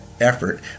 effort